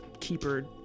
keeper